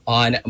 on